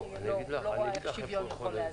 אני עוד לא רואה איך שוויון יכול להזיק.